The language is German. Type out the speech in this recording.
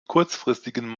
kurzfristigen